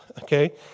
Okay